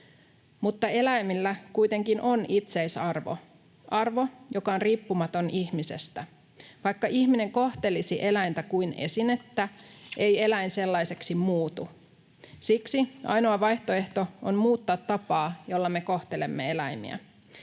Mutta eläimillä kuitenkin on itseisarvo, arvo, joka on riippumaton ihmisestä. Vaikka ihminen kohtelisi eläintä kuin esinettä, ei eläin sellaiseksi muutu. Siksi ainoa vaihtoehto on muuttaa tapaa, jolla me kohtelemme eläimiä,